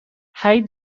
hij